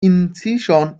incision